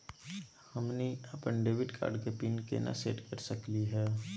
हमनी अपन debit card के पीन केना सेट कर सकली हे?